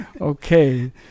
okay